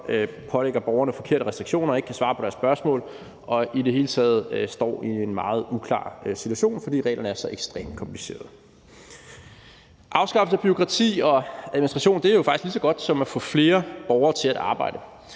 pålægger borgerne forkerte restriktioner og ikke kan svare på deres spørgsmål – står i det hele taget i en meget uklar situation, fordi reglerne er så ekstremt komplicerede. Afskaffelsen af bureaukrati og administration er jo faktisk lige så godt som at få flere borgere til at arbejde.